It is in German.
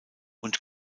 und